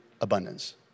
abundance